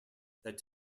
that